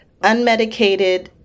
unmedicated